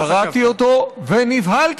קראתי אותו ונבהלתי.